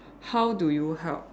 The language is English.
how do you help